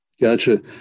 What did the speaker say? gotcha